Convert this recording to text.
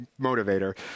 motivator